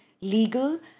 legal